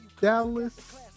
Dallas